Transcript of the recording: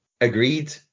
agreed